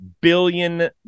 billion